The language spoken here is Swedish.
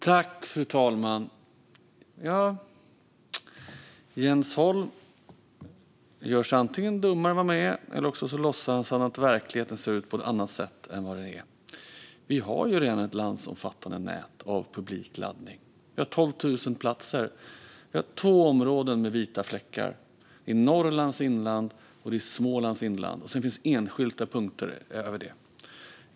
Fru talman! Antingen gör sig Jens Holm dummare än han är, eller så låtsas han att verkligheten ser ut på ett annat sätt än den gör. Vi har ju redan ett landsomfattande nät av publika laddplatser. Det finns 12 000 platser. Vi har två områden med vita fläckar: Norrlands inland och Smålands inland, och så finns det enskilda punkter utöver det.